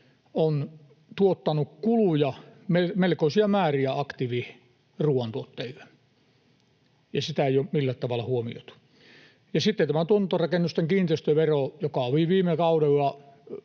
on tuottanut kuluja melkoisia määriä aktiiviruoantuottajille, ja sitä ei ole millään tavalla huomioitu. Ja sitten tämä tuotantorakennusten kiinteistövero: viime kaudella